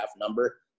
number